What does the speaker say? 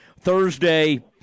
Thursday